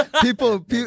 People